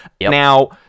Now